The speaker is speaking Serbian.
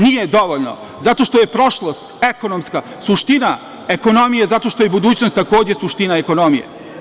Nije dovoljno, zato što je ekonomska prošlost suština ekonomije, zato što je budućnost, takođe, suština ekonomije.